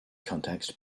context